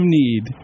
need